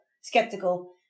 skeptical